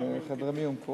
חדר מיון קדמי.